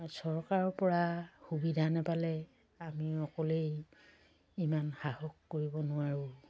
চৰকাৰৰ পৰা সুবিধা নাপালে আমি অকলেই ইমান সাহস কৰিব নোৱাৰোঁ